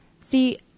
See